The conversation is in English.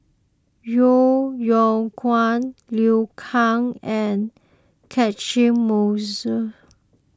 Yeo Yeow Kwang Liu Kang and Catchick Moses